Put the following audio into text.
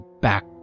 back